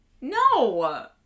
No